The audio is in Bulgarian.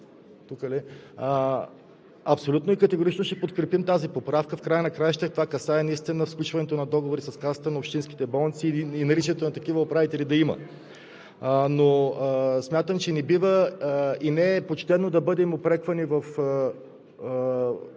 абсолютно и категорично ще подкрепим тази поправка. В края на краищата това касае наистина сключването на договори с Касата на общинските болници и да има наличието на такива управители. Но смятам, че не бива и не е почтено да бъдем упреквани в